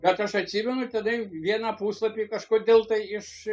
vat aš atsimenu tada vieną puslapį kažkodėl tai iš